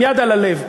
עם יד על הלב,